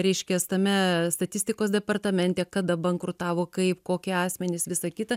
reiškias tame statistikos departamente kada bankrutavo kaip kokie asmenys visa kita